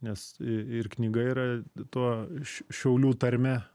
nes i ir knyga yra tuo š šiaulių tarme